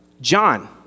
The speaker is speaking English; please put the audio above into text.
John